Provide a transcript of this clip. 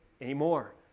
anymore